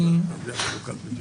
אדוני.